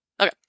Okay